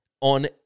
on